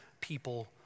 people